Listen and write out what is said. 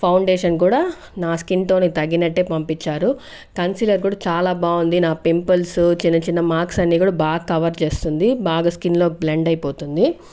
foundation కూడా నా skin టోన్కి తగినట్టే పంపించారు కన్సిలర్ కూడా చాలా బాగుంది నా పింపుల్స్ చిన్న చిన్న మార్క్స్ అన్ని కూడా బాగా కవర్ చేస్తుంది బాగా స్కిన్లో బ్లెండ్ అయిపోతుంది